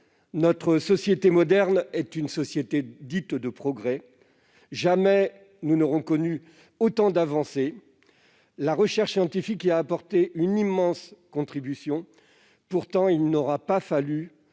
Notre société moderne est une société dite « de progrès ». Jamais nous n'aurons connu autant d'avancées, et la recherche scientifique y a apporté une immense contribution, mais il n'aura pas fallu